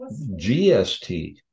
gst